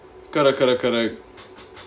correct correct correct